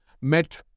met